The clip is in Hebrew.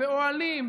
באוהלים,